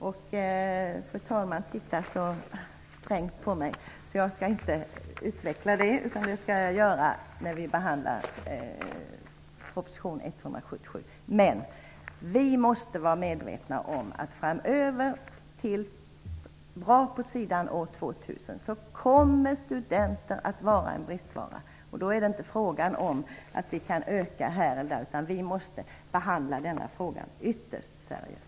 Fru talmannen tittar så strängt på mig att jag inte tänker utveckla detta, utan jag skall göra det när vi behandlar proposition 177. Men vi måste vara medvetna om att studenter framöver, till efter år 2000, kommer att vara en bristvara. Det är inte fråga om att öka här och där, utan vi måste behandla frågan ytterst seriöst.